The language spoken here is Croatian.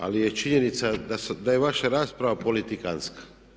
Ali je činjenica da je vaša rasprava politikanska.